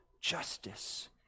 justice